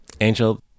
Angel